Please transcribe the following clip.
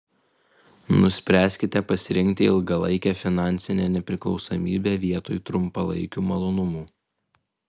nuspręskite pasirinkti ilgalaikę finansinę nepriklausomybę vietoj trumpalaikių malonumų